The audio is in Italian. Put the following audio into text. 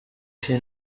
sia